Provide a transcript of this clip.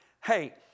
Hey